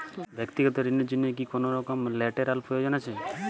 ব্যাক্তিগত ঋণ র জন্য কি কোনরকম লেটেরাল প্রয়োজন আছে?